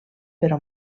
però